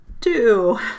Two